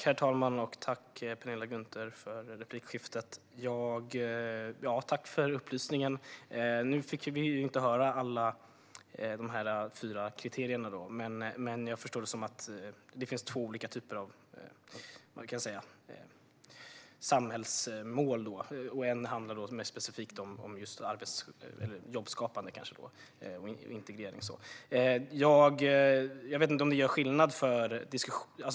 Herr talman! Tack, Pernilla Gunther, för replikskiftet! Tack, för upplysningen. Nu fick vi inte höra alla fyra kriterier, men jag förstår det som att det finns två olika samhällsmål, och ett handlar specifikt om jobbskapande och integrering. Jag vet inte om det gör någon skillnad för diskussionen.